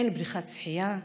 אין בריכת שחייה,